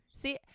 See